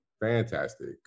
fantastic